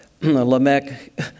Lamech